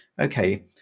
okay